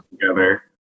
together